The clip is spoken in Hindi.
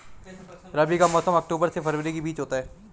रबी का मौसम अक्टूबर से फरवरी के बीच होता है